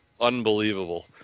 unbelievable